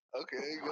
Okay